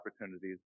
opportunities